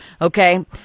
Okay